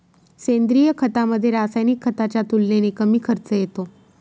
सेंद्रिय खतामध्ये, रासायनिक खताच्या तुलनेने कमी खर्च येतो